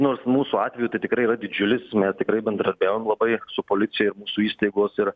nors mūsų atveju tai tikrai yra didžiulis mes tikrai bendradarbiaujam labai su policija su įstaigos ir